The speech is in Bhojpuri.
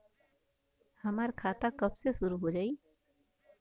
हमार खाता कब से शूरू हो जाई?